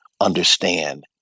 understand